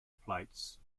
plates